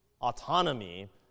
autonomy